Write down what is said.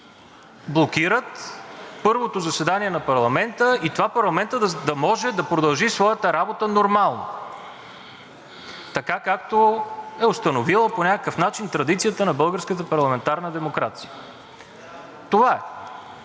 блокират първото заседание на парламента да може да продължи своята работа нормално така, както е установила по някакъв начин традицията на българската парламентарна демокрация. Това е.